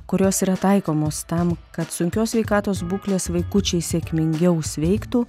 kurios yra taikomos tam kad sunkios sveikatos būklės vaikučiai sėkmingiau sveiktų